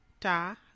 ta